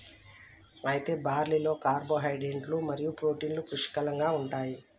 అయితే బార్లీలో కార్పోహైడ్రేట్లు మరియు ప్రోటీన్లు పుష్కలంగా ఉంటాయి